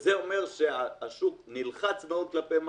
וזה אומר שהשוק נלחץ מאוד כלפי מטה.